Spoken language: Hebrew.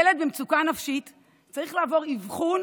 ילד במצוקה נפשית צריך לעבור אבחון